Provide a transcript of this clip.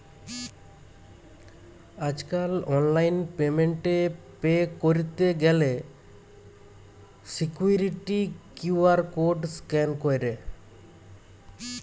আজকাল online payment এ pay কইরতে গ্যালে সিকুইরিটি কিউ.আর কোড স্ক্যান কইরে